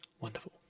Wonderful